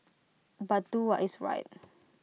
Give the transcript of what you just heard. but do what is right